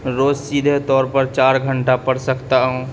روز سیدھے طور پر چار گھنٹہ پڑھ سکتا ہوں